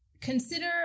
consider